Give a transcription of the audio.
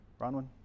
Bronwyn